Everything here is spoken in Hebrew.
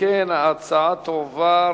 אם כן, ההצעה תועבר